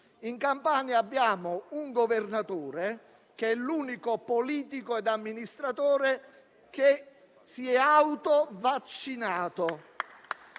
in Campania, il cui governatore è l'unico politico e amministratore che si è autovaccinato.